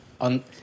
on